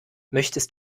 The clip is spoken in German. möchtest